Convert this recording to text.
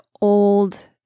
old